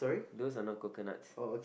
those are not coconuts